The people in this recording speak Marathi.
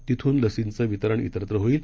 तिथून लसीचं वितरण इतरत्र होईल